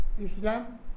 Islam